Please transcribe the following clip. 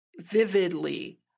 vividly